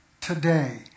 today